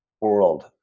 world